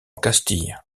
castille